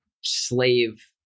slave